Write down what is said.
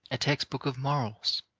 a textbook of morals,